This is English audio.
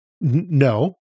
No